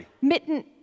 Mitten